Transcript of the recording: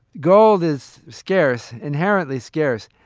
gold is scarce inherently scarce.